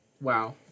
wow